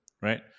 Right